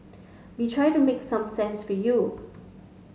we try to make some sense for you